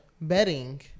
bedding